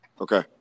Okay